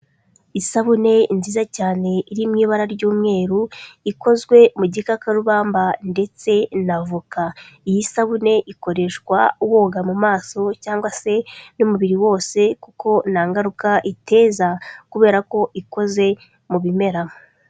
Isabune nziza cyane iri mu ibara ry'umweru, ikozwe mu gikakarubamba ndetse n'avoka. Iyi sabune ikoreshwa wonga mu maso cyangwa se n'umubiri wose, kuko nta ngaruka iteza, kubera ko ikoze mu bimera.